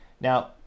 Now